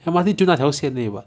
M_R_T 只有哪条线而已 [what]